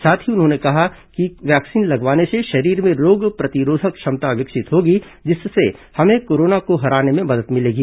साथ ही उन्होंने कहा कि वैक्सीन लगवाने से शरीर में रोग प्रतिरोधक क्षमता विकसित होगी जिससे हमें कोरोना को हराने में मदद मिलेगी